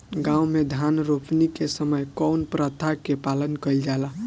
गाँव मे धान रोपनी के समय कउन प्रथा के पालन कइल जाला?